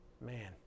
man